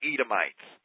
Edomites